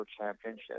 championship